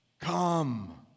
Come